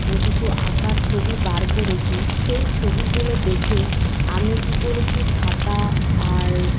কিছু আঁকার ছবি বার করেছি সেই ছবিগুলো দেখে আমি কী করেছি খাতা আর